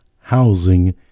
housing